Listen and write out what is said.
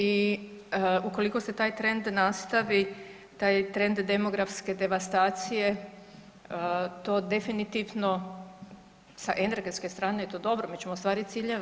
I ukoliko se taj trend nastavi taj trend demografske devastacije to definitivno sa energetske strane je to dobro, mi ćemo ostvariti ciljeve.